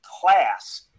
class